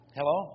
Hello